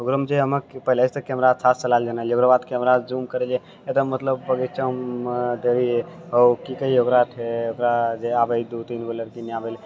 ओकरोमे जे हमे पहले से तऽ कैमरा अच्छा से चला लेने रहिऐ ओकर बाद कैमरा जूम करिऐ एकदम मतलब की कही ओकरा ओकरा जे आबए दू तीन गो लड़की नहि आबए ले